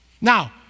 Now